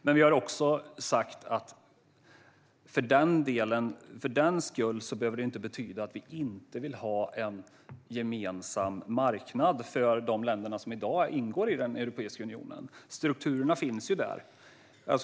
Men vi har också sagt att det inte behöver betyda att vi inte vill ha en gemensam marknad för de länder som i dag ingår i Europeiska unionen. Strukturerna finns ju där.